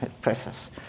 preface